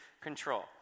control